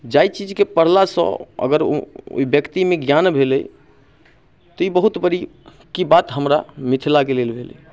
जाइ चीजके पढ़लासँ अगर ओइ व्यक्तिमे ज्ञान भेलै तऽ ई बहुत बड़ी की बात हमरा मिथिलाके लेल भेलै